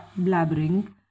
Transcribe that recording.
blabbering